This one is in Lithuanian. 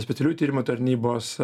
specialiųjų tyrimų tarnybos